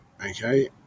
Okay